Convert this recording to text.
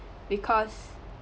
because